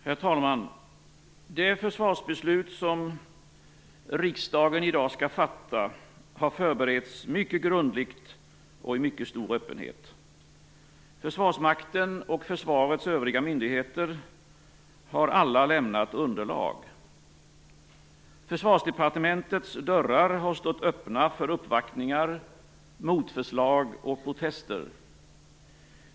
Herr talman! Det försvarsbeslut som riksdagen i dag skall fatta har förberetts mycket grundligt och i mycket stor öppenhet. Försvarsmakten och försvarets övriga myndigheter har alla lämnat underlag. Försvarsdepartementets dörrar har stått öppna för uppvaktningar, motförslag och protester.